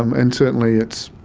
um and certainly it's,